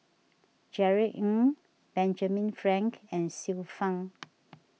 Jerry Ng Benjamin Frank and Xiu Fang